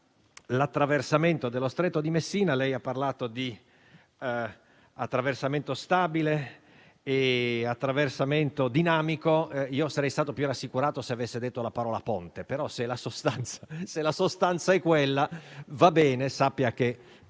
l'attraversamento dello Stretto di Messina, lei ha parlato di attraversamento stabile e di attraversamento dinamico. Sarei stato più rassicurato se avesse detto la parola "ponte"; però, se la sostanza è quella, va bene. Sappia che